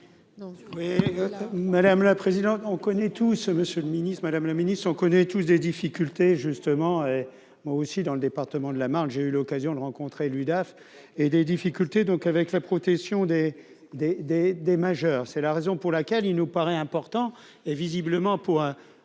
Madame le Ministre, on connaît tous des difficultés justement moi aussi dans le département de la Marne j'ai eu l'occasion de rencontrer l'UDAF et des difficultés donc avec la protection des, des, des, des majeurs, c'est la raison pour laquelle il nous paraît important et visiblement, pour un